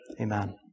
Amen